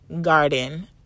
garden